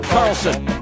Carlson